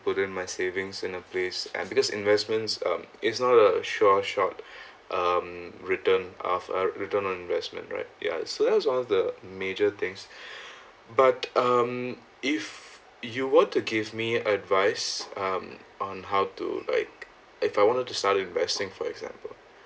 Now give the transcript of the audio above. putting my savings in a place and because investments um is not a short short um return of a return on investment right ya so that was one of the major things but um if you want to give me advice um on how to like if I wanted to start investing for example